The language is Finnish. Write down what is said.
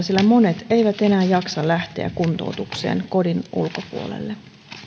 sillä monet eivät enää jaksa lähteä kuntoutukseen kodin ulkopuolelle